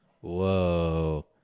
Whoa